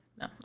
no